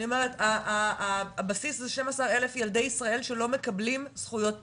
אני אומרת הבסיס זה 12 אלף ילדי ישראל שלא מקבלים זכויות בסיסיות.